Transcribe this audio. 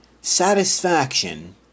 satisfaction